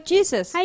Jesus